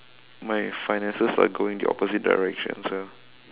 my finances are going the opposite direction so